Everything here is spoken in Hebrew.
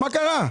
מה קרה?